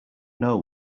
know